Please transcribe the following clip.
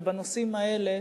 ובנושאים האלה,